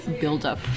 build-up